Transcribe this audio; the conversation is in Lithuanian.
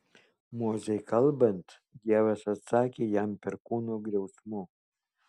mozei kalbant dievas atsakė jam perkūno griausmu